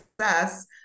success